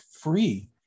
free